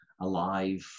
alive